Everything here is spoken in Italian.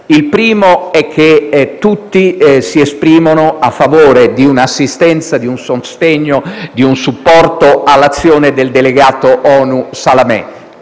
Il primo è che tutti si esprimono a favore di un'assistenza, di un sostegno, di un supporto all'azione del delegato ONU Salamè.